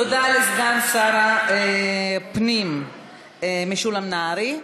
תודה לסגן שר הפנים משולם נהרי.